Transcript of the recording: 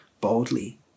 boldly